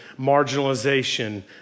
marginalization